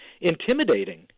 intimidating